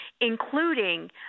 including